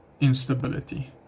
instability